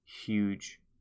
huge